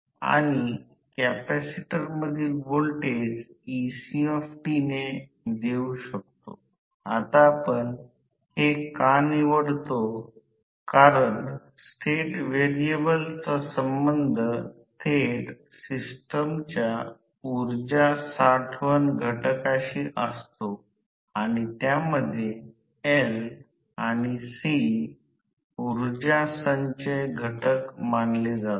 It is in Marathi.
किंवा स्त्रावमुळे होणारा परिणाम क्षेत्रात Fr तर r प्रति ध्रुव आहे याचा अर्थ असा की कार्यक्षेत्र F2 आहे आम्ही रोटर च्या रेखाचित्रात काढले आहे स्टेटर क्षेत्र F संदर्भात नेहमीच स्थिर असते1 किंवा परिणामी क्षेत्र Fr म्हणून या सर्व गोष्टी स्थिर असतात